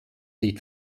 lied